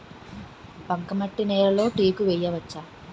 బంకమట్టి నేలలో టేకు వేయవచ్చా?